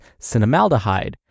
cinnamaldehyde